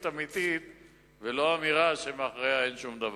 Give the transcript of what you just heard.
אמיתית ולא אמירה שמאחוריה אין שום דבר.